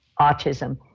autism